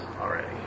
already